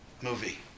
movie